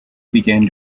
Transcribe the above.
began